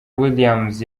williams